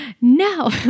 no